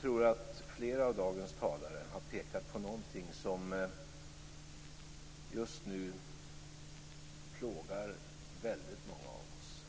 tror att flera av dagens talare har pekat på någonting som just nu plågar väldigt många av oss.